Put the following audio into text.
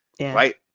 Right